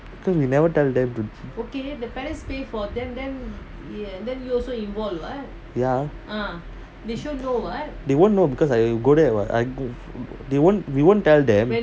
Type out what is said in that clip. cause we never tell them to ya they won't know because I go there what I won't we won't tell them